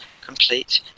complete